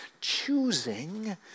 choosing